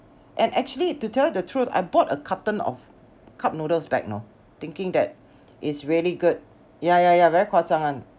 and actually to tell you the truth I bought a carton of cup noodles back know thinking that it's really good ya ya ya very 夸张 [one]